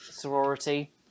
sorority